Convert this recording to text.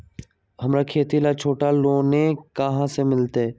हमरा खेती ला छोटा लोने कहाँ से मिलतै?